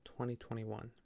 2021